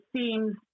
seems